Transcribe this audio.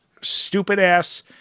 stupid-ass